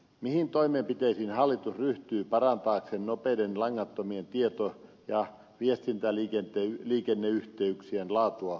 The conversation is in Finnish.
mihin toimenpiteisiin hallitus ryhtyy parantaakseen nopeiden langattomien tieto ja viestintäliikenneyhteyksien laatua ja peittoa